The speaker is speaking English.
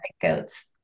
goats